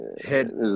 Head